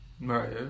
right